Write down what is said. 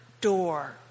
door